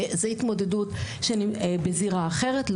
וזו התמודדות בזירה אחרת,